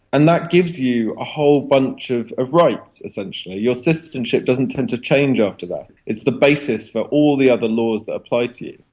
and that gives you a whole bunch of of rights essentially. your citizenship doesn't tend to change after that, it's the basis for all the other laws that apply to you.